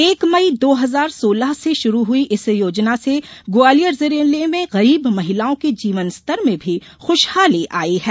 एक मई दो हजार सोलह से शुरू हुई इस योजना से ग्वालियर जिले में गरीब महिलाओं के जीवन स्तर में भी खूशहाली आई है